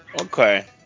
Okay